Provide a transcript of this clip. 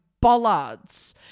bollards